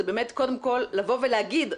זה באמת קודם כל לבוא ולהגיד,